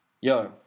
yo